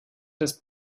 des